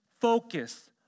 focus